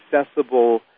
accessible